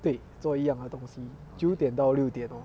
对做一样的东西九点到六点 lor